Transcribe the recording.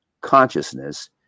consciousness